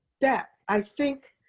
step, i think,